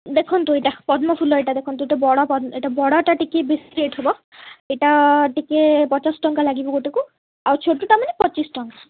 ଦେଖନ୍ତୁ ଏଇଟା ପଦ୍ମଫୁଲ ଏଇଟା ଦେଖନ୍ତୁ ଟିକେ ବଡ଼ ପଦ୍ମ ଏଇଟା ବଡ଼ଟା ଟିକେ ବେଶୀ ହେଇଥିବ ଏଇଟା ଟିକେ ପଚାଶ ଟଙ୍କା ଲାଗିବ ଗୋଟେକୁ ଆଉ ଛୋଟଟା ମାନେ ପଚିଶି ଟଙ୍କା